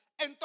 Entonces